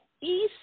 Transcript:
East